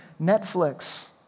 Netflix